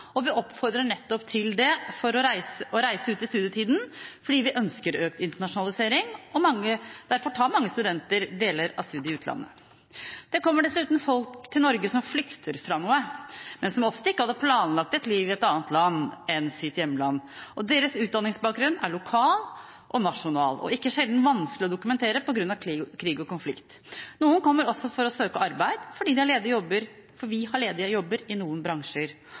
Vi oppfordrer nettopp til det, å reise ut i studietiden, fordi vi ønsker økt internasjonalisering. Derfor tar mange studenter deler av studiet i utlandet. Det kommer dessuten folk til Norge som flykter fra noe, men som ofte ikke hadde planlagt et liv i et annet land enn sitt hjemland. Deres utdanningsbakgrunn er lokal og nasjonal, og ikke sjeldent vanskelig å dokumentere på grunn av krig og konflikt. Noen kommer også for å søke arbeid fordi vi har ledige jobber